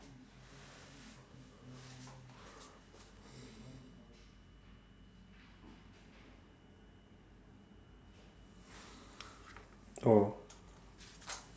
oh